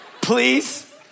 please